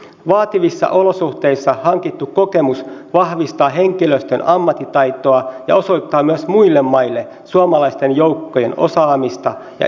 vaativissa olosuhteissa hankittu kokemus vahvistaa henkilöstön ammattitaitoa ja osoittaa myös muille maille suomalaisten joukkojen osaamista ja yhteistoimintakykyä